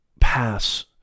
pass